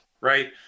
right